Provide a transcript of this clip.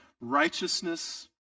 righteousness